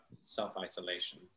self-isolation